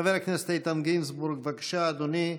חבר הכנסת איתן גינזבורג, בבקשה, אדוני.